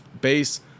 base